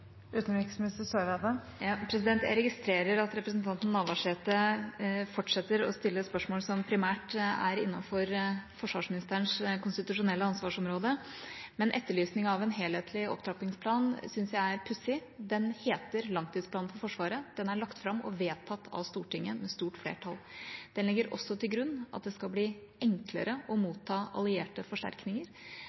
Jeg registrerer at representanten Navarsete fortsetter å stille spørsmål som primært er innenfor forsvarsministerens konstitusjonelle ansvarsområde. Etterlysningen av en helhetlig opptrappingsplan synes jeg er pussig. Den heter langtidsplanen for Forsvaret, og den er lagt fram og vedtatt av Stortinget med et stort flertall. Den legger også til grunn at det skal bli enklere å motta allierte forsterkninger.